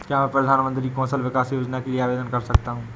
क्या मैं प्रधानमंत्री कौशल विकास योजना के लिए आवेदन कर सकता हूँ?